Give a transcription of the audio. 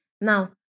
Now